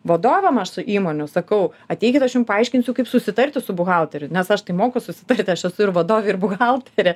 vadovam aš su įmonių sakau ateikit aš jum paaiškinsiu kaip susitarti su buhalteriu nes aš tai moku susitarti aš esu ir vadovė ir buhalterė